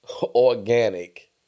organic